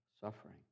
suffering